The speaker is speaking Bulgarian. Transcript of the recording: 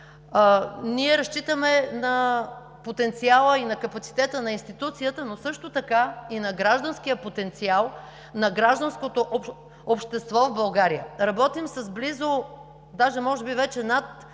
ние разчитаме на потенциала и на капацитета на институцията, но също така и на гражданския потенциал, на гражданското общество в България. Работим с близо може би вече над